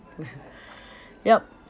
yup